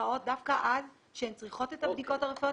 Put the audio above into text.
נתקעות דווקא אז - כשהן צריכות את הבדיקות הרפואיות,